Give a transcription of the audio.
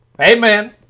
Amen